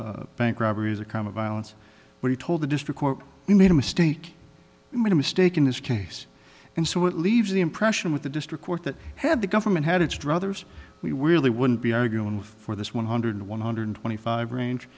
know bank robberies are kind of violence but he told the district court he made a mistake made a mistake in this case and so it leaves the impression with the district court that had the government had its druthers we were really wouldn't be arguing with for this one hundred one hundred twenty five range